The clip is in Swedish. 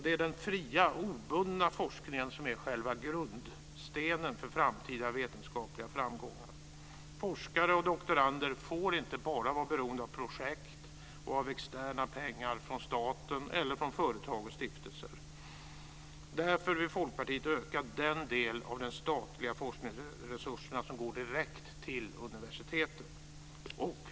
Det är den fria och obundna forskningen som är själva grundstenen för framtida vetenskapliga framgångar. Forskare och doktorander får inte vara beroende av projekt och av externa pengar från staten eller från företag och stiftelser. Därför vill Folkpartiet öka den del av de statliga forskningsresurserna som går direkt till universiteten.